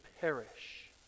perish